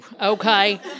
okay